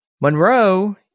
Monroe